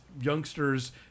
youngster's